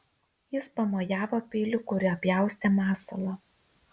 jis pamojavo peiliu kuriuo pjaustė masalą